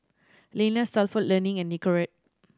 Lenas Stalford Learning and Nicorette